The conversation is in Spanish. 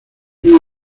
una